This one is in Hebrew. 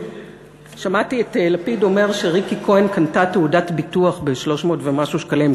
שמעתי את לפיד אומר שריקי כהן קנתה תעודת ביטוח ב-300 ומשהו שקלים.